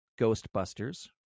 Ghostbusters